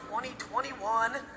2021